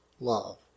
love